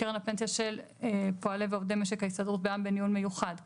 קרן הפנסיה של פועלי ועובדי משק ההסתדרות בע"מ (בניהול מיוחד) ,